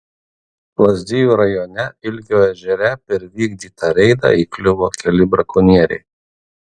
lazdijų rajone ilgio ežere per vykdytą reidą įkliuvo keli brakonieriai